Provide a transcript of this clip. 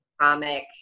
comic